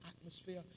atmosphere